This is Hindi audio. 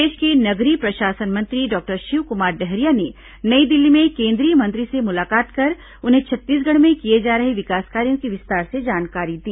प्रदेश के नगरीय प्रशासन मंत्री डॉक्टर शिवकुमार डहरिया ने नई दिल्ली में केंद्रीय मंत्री से मुलाकात कर उन्हें छत्तीसगढ़ में किए जा रहे विकास कार्यों की विस्तार से जानकारी दी